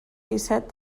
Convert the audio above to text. disset